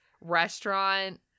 restaurant